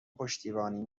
پشتیبانی